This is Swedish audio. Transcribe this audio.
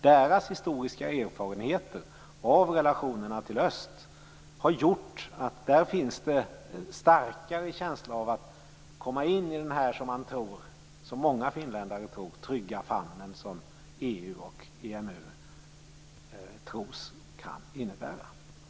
Deras historiska erfarenheter av relationerna till öst har gjort att det där finns en starkare känsla av att komma in i den trygga famn som många finländare tror att EU och EMU innebär.